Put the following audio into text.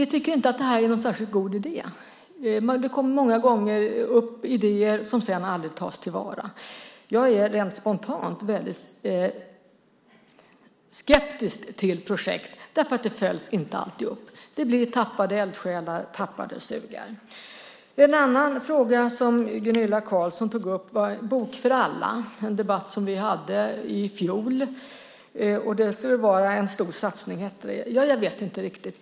Vi tycker inte att det är en särskilt god idé. Många gånger kommer idéer upp som sedan aldrig tas till vara. Rent spontant är jag väldigt skeptisk till projekt därför att de inte alltid följs upp, utan det blir tappade eldsjälar, tappade sugar. En annan fråga som Gunilla Carlsson tog upp är den om En bok för alla. Den debatten hade vi i fjol. Det heter att det skulle vara en stor satsning. Ja, jag vet inte riktigt.